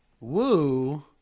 woo